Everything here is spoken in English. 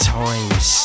times